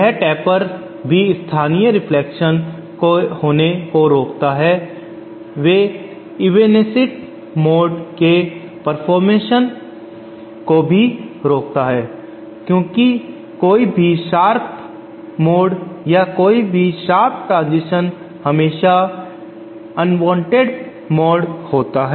और टेपर भी स्थानीय रिफ्लेक्शन प्रतिबिंब के होने को रोकता हैं वे इवेनिसेंट मोड के फॉरमेशन को भी रोकता है क्योंकि कोई भी शार्प मोड़ या कोई भी शार्प ट्रांजीषण हमेशा अवांछित अनवांटेड मोड होता है